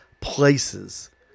places